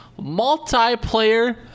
multiplayer